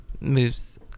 moves